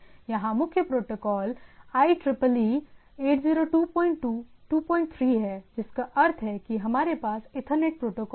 यहां मुख्य protocol IEEE 8022 IEEE 8022 23 हैं जिसका अर्थ है कि हमारे पास ईथरनेट प्रोटोकॉल है